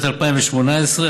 חברת הכנסת מיכל בירן,